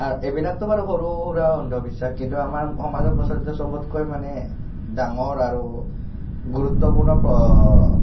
আৰু এইবিলাকতো সৰু সুৰা অন্ধবিশ্বাস কিন্তু আমাৰ সমাজত প্ৰচলিত সবতকৈ মানে ডাঙৰ আৰু গুৰুত্বপূৰ্ণ